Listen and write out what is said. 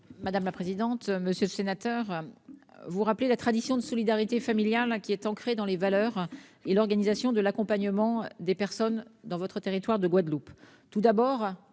déléguée. Monsieur le sénateur, vous rappelez la tradition de solidarité familiale qui est ancrée dans les valeurs et l'organisation de l'accompagnement des personnes dans votre territoire de Guadeloupe.